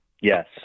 yes